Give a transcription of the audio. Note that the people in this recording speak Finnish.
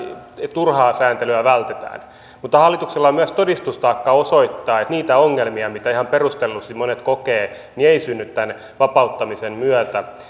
turhaa sääntelyä vältetään mutta hallituksella on myös todistustaakka osoittaa että niitä ongelmia mitä ihan perustellusti monet kokevat ei synny tämän vapauttamisen myötä